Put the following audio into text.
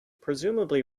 presumably